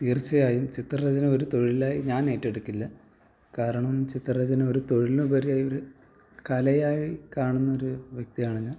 തീർച്ചയായും ചിത്രരചന ഒരു തൊഴിലായി ഞാൻ ഏറ്റെടുക്കില്ല കാരണം ചിത്രരചന ഒരു തൊഴിലിനുപരിയായൊരു കലയായി കാണുന്നൊരു വ്യക്തിയാണ് ഞാൻ